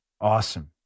Awesome